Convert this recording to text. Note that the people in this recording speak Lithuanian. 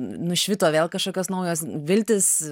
nušvito vėl kažkokios naujos viltys